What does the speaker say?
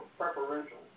preferential